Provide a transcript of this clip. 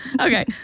Okay